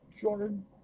Jordan